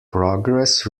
progress